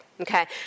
Okay